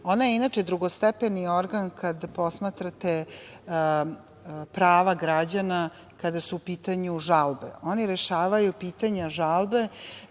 je inače drugostepeni organa kada posmatrate prava građana, kada su u pitanju žalbe. Oni rešavaju pitanja žalbe